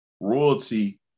royalty